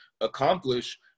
accomplish